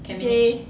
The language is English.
can manage